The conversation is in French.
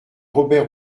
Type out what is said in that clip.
robert